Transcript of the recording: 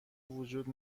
وجود